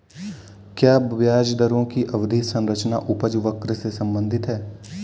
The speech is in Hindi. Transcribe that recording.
क्या ब्याज दरों की अवधि संरचना उपज वक्र से संबंधित है?